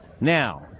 Now